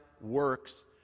works